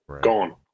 gone